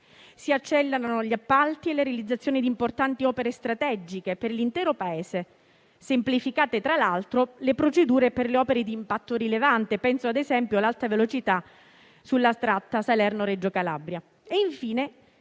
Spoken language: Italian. Si accelerano gli appalti e le realizzazioni di importanti opere strategiche per l'intero Paese, semplificando, tra l'altro, le procedure per le opere di impatto rilevante (penso, ad esempio, all'alta velocità sulla tratta Salerno-Reggio Calabria).